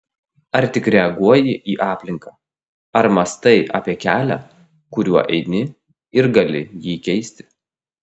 ar tik reaguoji į aplinką ar mąstai apie kelią kuriuo eini ir gali jį keisti